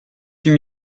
huit